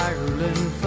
Ireland